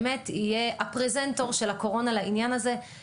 מחקרים אחרונים הראו שהקורונה מעלה את שיעור הסובלים מבעיות נפש.